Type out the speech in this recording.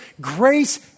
grace